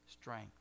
strength